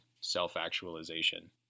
self-actualization